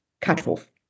cutoff